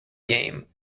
game